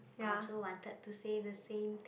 I also wanted to say the same thing